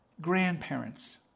grandparents